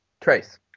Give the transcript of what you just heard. Trace